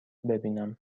ببینم